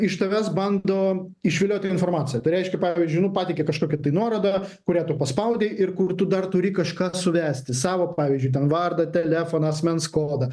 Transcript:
iš tavęs bando išvilioti informaciją tai reiškia pavyzdžiui nu pateikia kažkokią tai nuorodą kurią tu paspaudei ir kur tu dar turi kažką suvesti savo pavyzdžiui ten vardą telefoną asmens kodą